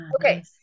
Okay